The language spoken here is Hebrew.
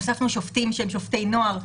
הוספנו שופטים שהם שופטי נוער,